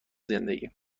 زندگیم